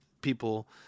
people